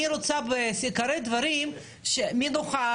אני רוצה בעיקרי הדברים שיהיה מי נוכח,